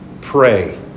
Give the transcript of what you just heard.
pray